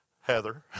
Heather